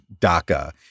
DACA